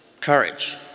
courage